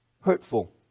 hurtful